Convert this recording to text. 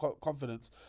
confidence